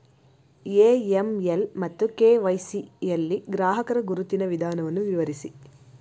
AML ಮತ್ತು KYC ಯಲ್ಲಿ ಗ್ರಾಹಕರ ಗುರುತಿನ ವಿಧಾನವನ್ನು ವಿವರಿಸಿ?